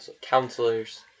counselors